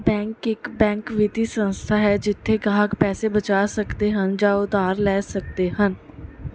bank ਇੱਕ bank ਵਿੱਤੀ ਸੰਸਥਾ ਹੈ ਜਿੱਥੇ ਗਾਹਕ ਪੈਸੇ ਬਚਾ ਸਕਦੇ ਹਨ ਜਾਂ ਉਧਾਰ ਲੈ ਸਕਦੇ ਹਨ